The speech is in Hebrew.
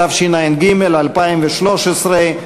התשע"ג 2013,